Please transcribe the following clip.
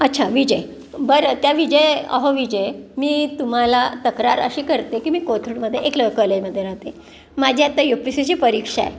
अच्छा विजय बरं त्या विजय अहो विजय मी तुम्हाला तक्रार अशी करते की मी कोथरूडमध्ये एकलव्य कॉलेजमध्ये राहते माझी आत्ता यू पी एस सीची परीक्षा आहे